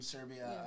Serbia